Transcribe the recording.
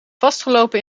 vastgelopen